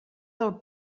del